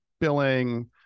billing